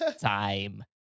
time